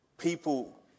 People